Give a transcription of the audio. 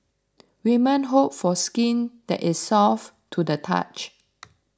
women hope for skin that is soft to the touch